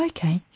Okay